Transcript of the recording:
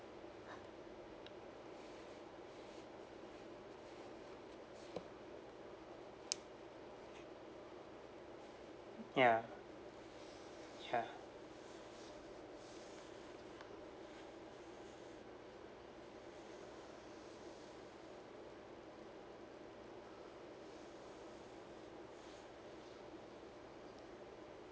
ya ya